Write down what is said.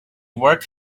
worked